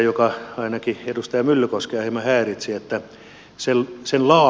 se ainakin edustaja myllykoskea hieman häiritsi